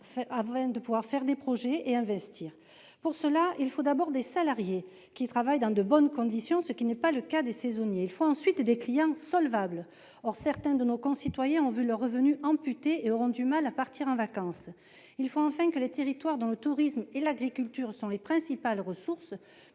avant de pouvoir faire des projets et d'investir. Pour cela, il faut d'abord des salariés travaillant dans de bonnes conditions, ce qui n'est pas le cas des saisonniers. Il faut ensuite des clients solvables. Or certains de nos concitoyens ont vu leurs revenus amputés et auront du mal à partir en vacances. Il faut enfin que les territoires dont le tourisme et l'agriculture sont les principales ressources